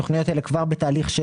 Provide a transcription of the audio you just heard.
התוכניות האלה כבר בתכנון,